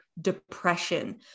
depression